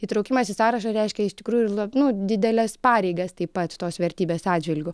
įtraukimas į sąrašą reiškia iš tikrųjų ir la nu dideles pareigas taip pat tos vertybės atžvilgiu